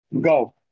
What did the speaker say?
Go